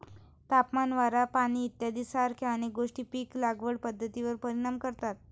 तापमान, वारा, पाणी इत्यादीसारख्या अनेक गोष्टी पीक लागवड पद्धतीवर परिणाम करतात